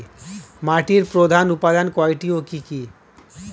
মাটির প্রধান উপাদান কয়টি ও কি কি?